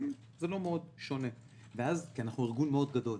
זה לא מאוד שונה כי אנחנו ארגון מאוד גדול.